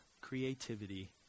creativity